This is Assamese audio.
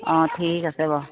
অঁ ঠিক আছে বাৰু